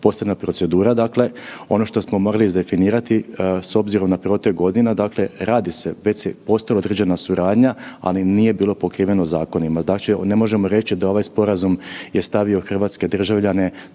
posebne procedura. Ono što smo morali izdefinirati s obzirom na protek godina, radi se već postoji određena suradnja, ali nije bilo pokriveno zakonima. Znači ne možemo reći da ovaj sporazum je stavio hrvatske državljane